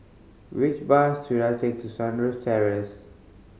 which bus should I take to Sunrise Terrace